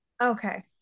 Okay